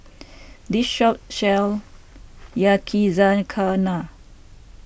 the shop sells Yakizakana